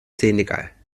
senegal